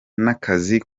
n’akazi